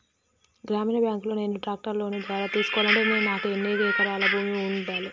గ్రామీణ బ్యాంక్ లో నేను ట్రాక్టర్ను లోన్ ద్వారా తీసుకోవాలంటే నాకు ఎన్ని ఎకరాల భూమి ఉండాలే?